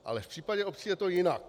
Ale v případě obcí je to jinak.